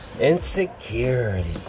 Insecurity